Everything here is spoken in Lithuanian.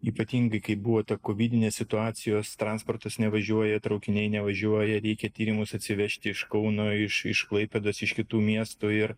ypatingai kai buvo ta kovinės situacijos transportas nevažiuoja traukiniai nevažiuoja reikia tyrimus atsivežti iš kauno iš iš klaipėdos iš kitų miestų ir